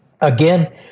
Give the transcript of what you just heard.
again